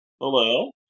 Hello